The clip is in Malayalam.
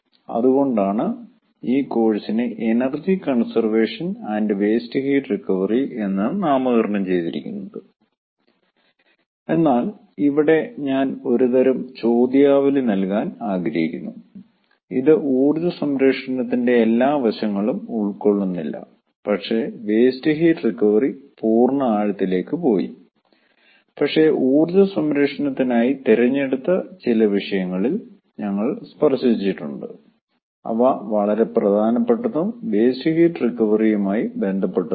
അതുകൊണ്ടാണ് ഈ കോഴ്സിനെ energy conservation and waste heat recovery എന്ന് നാമകരണം ചെയ്തിരിക്കുന്നത് എന്നാൽ ഇവിടെ ഞാൻ ഒരുതരം ചോദ്യാവലി നൽകാൻ ആഗ്രഹിക്കുന്നു ഇത് ഊർജ്ജ സംരക്ഷണത്തിന്റെ എല്ലാ വശങ്ങളും ഉൾക്കൊള്ളുന്നില്ല പക്ഷെ വേസ്റ്റ് ഹീറ്റ് റികവറി പൂർണ്ണ ആഴത്തിലേക്ക് പോയി പക്ഷേ ഊർജ്ജ സംരക്ഷണത്തിനായി തിരഞ്ഞെടുത്ത ചില വിഷയങ്ങളിൽ ഞങ്ങൾ സ്പർശിച്ചിട്ടുണ്ട് അവ വളരെ പ്രധാനപ്പെട്ടതും വേസ്റ്റ് ഹീറ്റ് റിക്കവറിയുമായി ബന്ധപ്പെട്ടതുമാണ്